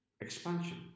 expansion